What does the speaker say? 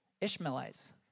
Ishmaelites